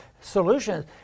solutions